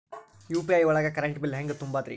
UPI ಒಳಗ current bill ಹೆಂಗ್ ತುಂಬದ್ರಿ?